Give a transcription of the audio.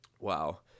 Wow